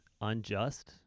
unjust